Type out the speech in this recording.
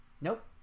Nope